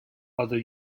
other